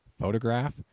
photograph